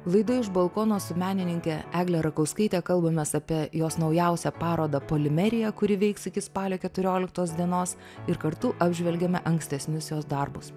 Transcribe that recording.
laida iš balkono su menininke egle rakauskaite kalbamės apie jos naujausią parodą polimerija kuri veiks iki spalio keturioliktos dienos ir kartu apžvelgiame ankstesnius jos darbus